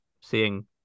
seeing